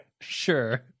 Sure